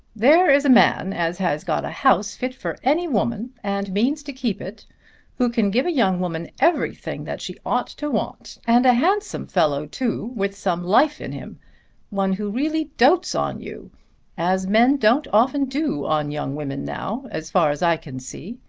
there is a man as has got a house fit for any woman, and means to keep it who can give a young woman everything that she ought to want and a handsome fellow too, with some life in him one who really dotes on you as men don't often do on young women now as far as i can see.